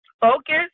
focus